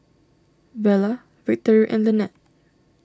Vela Victory and Lynnette